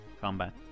combat